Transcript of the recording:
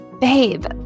babe